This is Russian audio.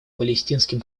палестинским